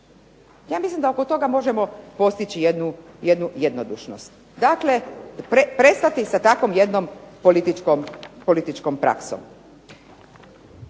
Ja mislim da oko toga možemo postići jednu jednodušnost. Dakle, prestati sa takvom jednom političkom praksom.